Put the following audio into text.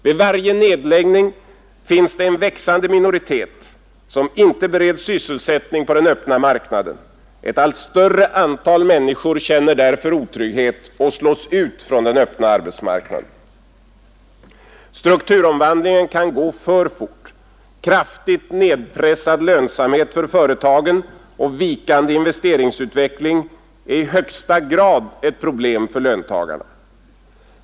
Vid varje nedläggning finns en växande minoritet som inte bereds sysselsättning på den öppna marknaden, ett allt större antal människor känner otrygghet och slås ut från den öppna marknaden. Strukturomvandlingen kan gå för fort. Kraftigt nedpressad lönsamhet för företagen och vikande investeringsutveckling är i högsta grad ett problem för löntagarna.